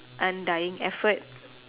undying effort